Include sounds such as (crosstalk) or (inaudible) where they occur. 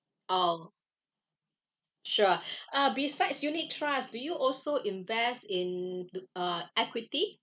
oh sure (breath) uh besides unit trust do you also invest into uh equity